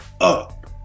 up